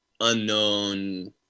unknown